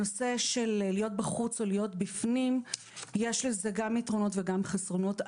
הנושא של להיות בחוץ או להיות בפנים - יש לזה גם יתרונות וגם חסרונות.